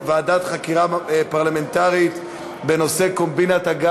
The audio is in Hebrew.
ותועבר להמשך דיון והכנה לקריאה ראשונה לוועדת הפנים והגנת הסביבה.